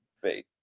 faith,